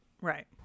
right